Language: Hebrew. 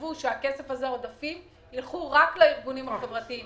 שיתחייבו שהעודפים האלה ילכו רק לארגונים החברתיים